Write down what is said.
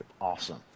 awesome